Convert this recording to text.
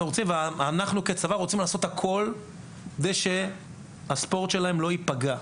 אנחנו רוצים לעשות הכול כדי שהספורט שלהם לא ייפגע.